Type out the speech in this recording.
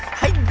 i